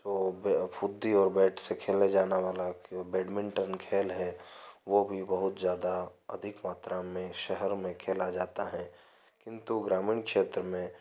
वो फ़ुद्दी और बैट से खेले जानेवाला के बैडमिंटन खेल है वो भी बहुत ज़्यादा अधिक मात्रा में शहर में खेला जाता है किंतु ग्रामीण क्षेत्र में